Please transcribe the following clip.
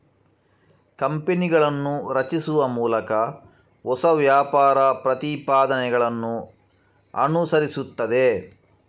ಕಂಪನಿಗಳನ್ನು ರಚಿಸುವ ಮೂಲಕ ಹೊಸ ವ್ಯಾಪಾರ ಪ್ರತಿಪಾದನೆಗಳನ್ನು ಅನುಸರಿಸುತ್ತದೆ